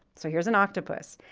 so here's an octopus,